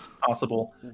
possible